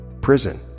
prison